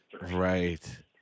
Right